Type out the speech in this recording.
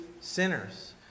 sinners